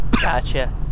Gotcha